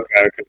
okay